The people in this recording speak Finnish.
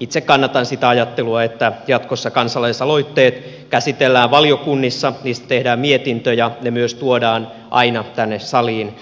itse kannatan sitä ajattelua että jatkossa kansalaisaloitteet käsitellään valiokunnissa niistä tehdään mietintö ja ne myös tuodaan aina tänne saliin